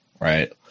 right